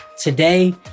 Today